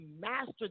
master